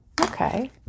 okay